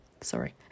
Sorry